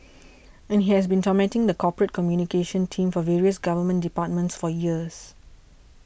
and he has been tormenting the corporate communications team for various government departments for years